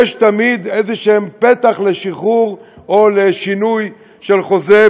יש תמיד איזשהו פתח לשחרור או לשינוי של חוזה,